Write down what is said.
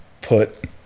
put